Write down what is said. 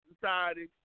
society